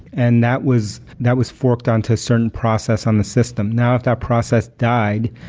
and that was that was forked onto a certain process on the system. now if that process died,